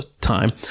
time